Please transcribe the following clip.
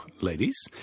Ladies